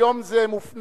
היום זה מופנה